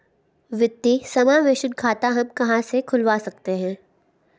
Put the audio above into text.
वित्तीय समावेशन खाता हम कहां से खुलवा सकते हैं?